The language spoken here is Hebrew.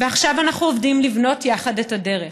ועכשיו אנחנו עובדים לבנות יחד את הדרך,